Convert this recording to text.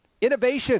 Innovation